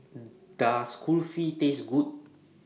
Does Kulfi Taste Good